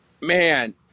man